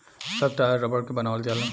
सब टायर रबड़ के बनावल जाला